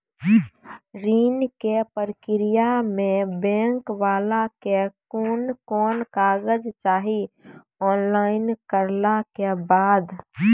ऋण के प्रक्रिया मे बैंक वाला के कुन कुन कागज चाही, ऑनलाइन करला के बाद?